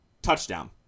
Touchdown